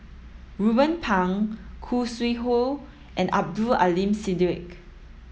Ruben Pang Khoo Sui Hoe and Abdul Aleem Siddique